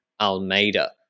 Almeida